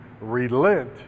relent